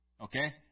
Okay